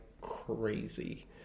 crazy